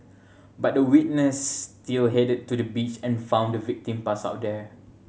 but the witness still headed to the beach and found the victim passed out there